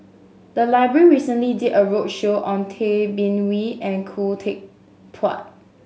the library recently did a roadshow on Tay Bin Wee and Khoo Teck Puat